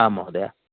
आम् महोदय